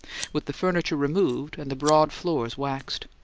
with the furniture removed and the broad floors waxed.